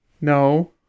No